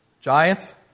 giant